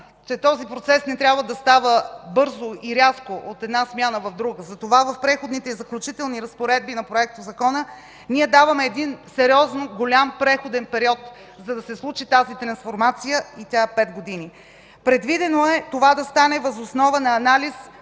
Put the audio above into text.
че този процес не трябва да става бързо и рязко от една смяна в друга. Затова в Преходните и заключителни разпоредби на Проектозакона ние даваме един сериозно голям преходен период, за да се случи тази трансформация, и той е 5 години. Предвидено е това да стане въз основа на анализ,